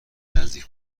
نزدیک